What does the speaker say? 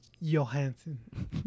Johansson